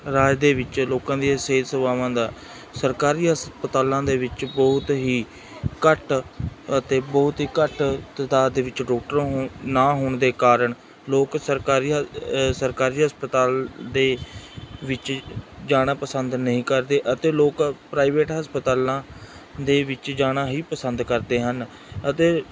ਰਾਜ ਦੇ ਵਿੱਚ ਲੋਕਾਂ ਦੀਆਂ ਸਿਹਤ ਸੇਵਾਵਾਂ ਦਾ ਸਰਕਾਰੀ ਹਸਪਤਾਲਾਂ ਦੇ ਵਿੱਚ ਬਹੁਤ ਹੀ ਘੱਟ ਅਤੇ ਬਹੁਤ ਹੀ ਘੱਟ ਤਦਾਦ ਦੇ ਵਿੱਚ ਡੋਕਟਰ ਹੋਣ ਨਾ ਹੋਣ ਦੇ ਕਾਰਨ ਲੋਕ ਸਰਕਾਰੀ ਹ ਸਰਕਾਰੀ ਹਸਪਤਾਲ ਦੇ ਵਿੱਚ ਜਾਣਾ ਪਸੰਦ ਨਹੀਂ ਕਰਦੇ ਅਤੇ ਲੋਕ ਪ੍ਰਾਈਵੇਟ ਹਸਪਤਾਲਾਂ ਦੇ ਵਿੱਚ ਜਾਣਾ ਹੀ ਪਸੰਦ ਕਰਦੇ ਹਨ ਅਤੇ